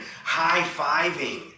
high-fiving